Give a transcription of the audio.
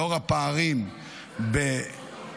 לאור הפערים בדיור,